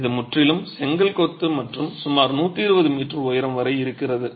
இது முற்றிலும் செங்கல் கொத்து மற்றும் சுமார் 120 மீட்டர் உயரம் வரை இருக்கிறது